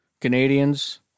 Canadians